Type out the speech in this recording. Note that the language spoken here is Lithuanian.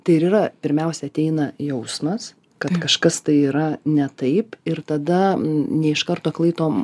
tai ir yra pirmiausia ateina jausmas kad kažkas tai yra ne taip ir tada ne iš karto klaidom